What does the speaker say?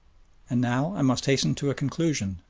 and now i must hasten to a conclusion,